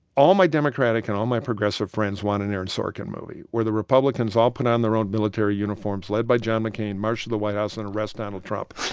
all my democratic and all my progressive friends want an aaron sorkin movie where the republicans all put on their own military uniforms led by john mccain, march to the white house and arrest donald trump.